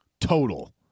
Total